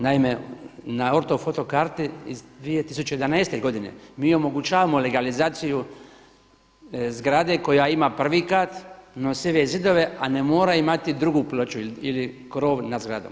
Naime, na ortofoto karti iz 2011. godine mi omogućavamo legalizaciju zgrade koja ima prvi kat, nosive zidove, a ne mora imati drugu ploču ili krov nad zgradom.